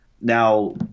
now